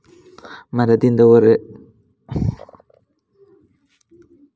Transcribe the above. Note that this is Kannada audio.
ಮರದಿಂದ ಹೊರ ತೆಗೆಯಲಾದ ಹಾಲಿನ ಲ್ಯಾಟೆಕ್ಸ್ ನೈಸರ್ಗಿಕ ರಬ್ಬರ್ನ ಪ್ರಾಥಮಿಕ ಮೂಲವಾಗಿದೆ